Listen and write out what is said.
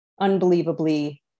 unbelievably